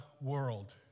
world